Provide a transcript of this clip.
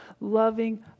loving